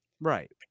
Right